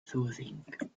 soothing